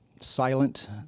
silent